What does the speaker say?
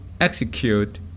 execute